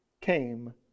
came